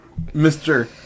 Mr